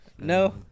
No